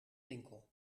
winkel